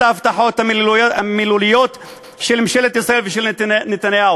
ההבטחות המילוליות של ממשלת ישראל ושל נתניהו.